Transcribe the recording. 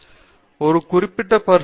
மூன்றாவது மிகப்பெரிய சவால் உரிமை பற்றியது